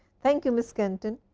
thank you, miss kenton.